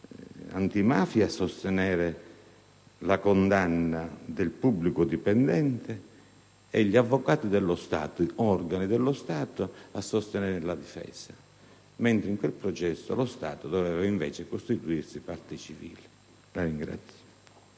antimafia, a sostenere la condanna del pubblico dipendente e gli avvocati dello Stato, organi dello Stato, a sostenere la difesa, mentre in quel processo lo Stato doveva costituirsi parte civile.